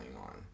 on